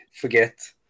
forget